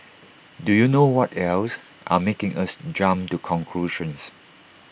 do you know what else are making us jump to conclusions